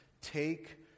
Take